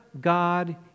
God